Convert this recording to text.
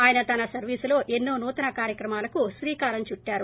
ఆయన తన సర్వీసులో ఎన్నో నూతన కార్యక్రమాలకు శ్రీకారం చుట్టారు